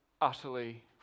utterly